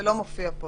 זה לא מופיע פה,